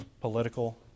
political